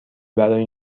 برای